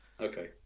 Okay